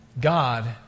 God